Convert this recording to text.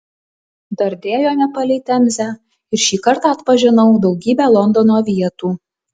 dardėjome palei temzę ir šį kartą atpažinau daugybę londono vietų